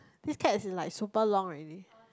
this Keds is like super long already